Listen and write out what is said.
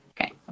Okay